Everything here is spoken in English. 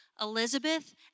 Elizabeth